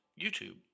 YouTube